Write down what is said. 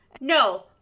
No